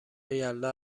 یلدا